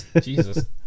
Jesus